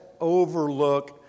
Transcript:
overlook